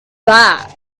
that